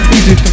Easy